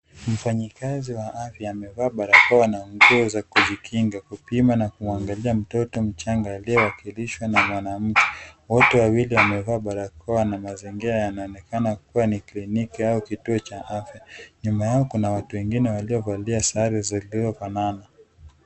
Mfanyikazi wa afya amevaa barakoa na nguo za kujikinga kupima na kuangalia mtoto mchanga ilio akilishwa na mwanamke, wote wawili wamevaa barakoa na mazingira yana onekana kuwa ni kliniki au kituo cha afya, nyuma yao kuna watu wengine walio valia sare zilio fanana.